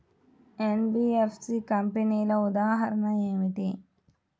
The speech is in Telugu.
ఎన్.బీ.ఎఫ్.సి కంపెనీల ఉదాహరణ ఏమిటి?